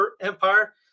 Empire